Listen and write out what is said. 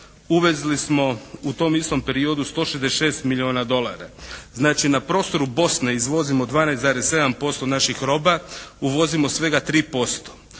Uvezli smo u tom istom periodu 166 milijuna dolara. Znači na prostoru Bosne izvozimo 12,7% naših roba. Uvozimo svega 3%.